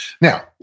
Now